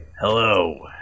Hello